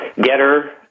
Getter